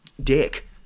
dick